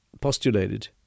postulated